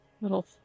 Little